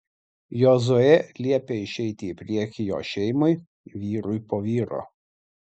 jozuė liepė išeiti į priekį jo šeimai vyrui po vyro